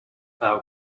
thou